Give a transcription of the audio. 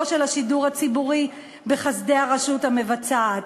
של השידור הציבורי בחסדי הרשות המבצעת,